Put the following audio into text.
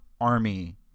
army